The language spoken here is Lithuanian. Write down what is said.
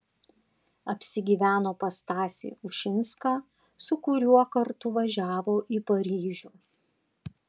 apsigyveno pas stasį ušinską su kuriuo kartu važiavo į paryžių